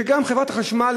שגם חברת החשמל,